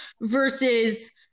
versus